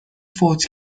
فوت